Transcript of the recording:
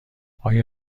آیا